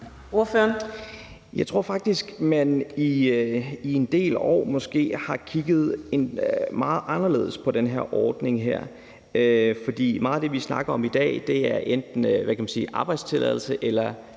Jeg tror faktisk, man i en del år måske har kigget meget anderledes på den her ordning, for meget af det, vi snakker om i dag, er enten arbejdstilladelse eller